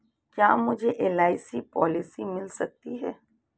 क्या मुझे LIC policy मिल सकती है?